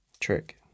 Trick